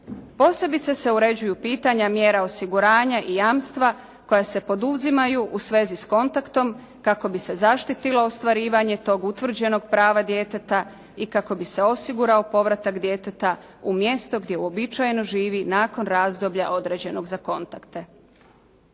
Posebice se uređuju pitanja mjera osiguranja i jamstva koja se poduzimaju u svezi s kontaktom kako bi se zaštitilo ostvarivanje tog utvrđenog prava djeteta i kako bi se osigurao povratak djeteta u mjesto gdje uobičajeno živi nakon razdoblja određenog za kontakte.